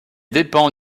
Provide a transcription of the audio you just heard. dépend